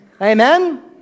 Amen